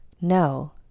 No